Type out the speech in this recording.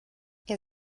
ihr